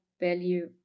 value